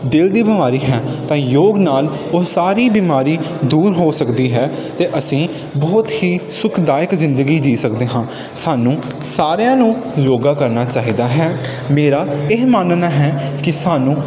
ਦਿਲ ਦੀ ਬਿਮਾਰੀ ਹੈ ਤਾਂ ਯੋਗ ਨਾਲ ਉਹ ਸਾਰੀ ਬਿਮਾਰੀ ਦੂਰ ਹੋ ਸਕਦੀ ਹੈ ਅਤੇ ਅਸੀਂ ਬਹੁਤ ਹੀ ਸੁਖਦਾਇਕ ਜ਼ਿੰਦਗੀ ਜੀ ਸਕਦੇ ਹਾਂ ਸਾਨੂੰ ਸਾਰਿਆਂ ਨੂੰ ਯੋਗਾ ਕਰਨਾ ਚਾਹੀਦਾ ਹੈ ਮੇਰਾ ਇਹ ਮੰਨਣਾ ਹੈ ਕਿ ਸਾਨੂੰ